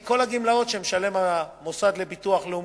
כי כל הגמלאות שמשלם המוסד לביטוח לאומי,